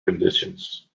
conditions